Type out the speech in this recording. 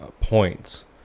points